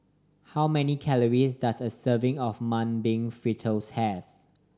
how many calories does a serving of Mung Bean Fritters have